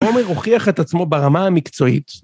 עומר הוכיח את עצמו ברמה המקצועית.